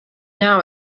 now